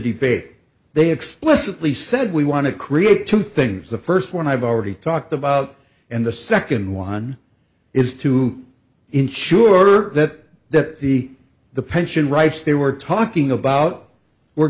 debate they explicitly said we want to create two things the first one i've already talked about and the second one is to ensure that that the the pension rights they were talking about were